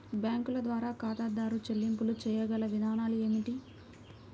బ్యాంకుల ద్వారా ఖాతాదారు చెల్లింపులు చేయగల విధానాలు ఏమిటి?